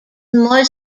more